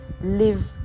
live